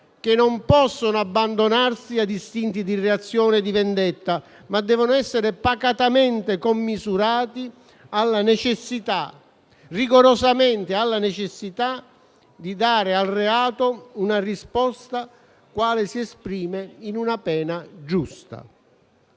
che non possono abbandonarsi ad istinti di reazione e di vendetta, ma devono essere pacatamente commisurati alla necessità, rigorosamente alla necessità, di dare al reato una risposta quale si esprime in una pena giusta».